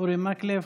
אורי מקלב.